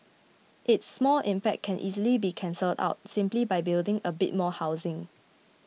its small impact can easily be cancelled out simply by building a bit more housing